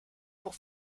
pour